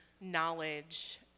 knowledge